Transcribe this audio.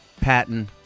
Patton